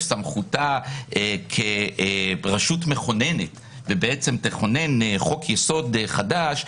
סמכותה כראשות מכוננת ובעצם תכונן חוק יסוד חדש,